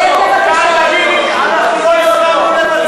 אנחנו לא הסכמנו לוותר.